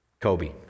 Kobe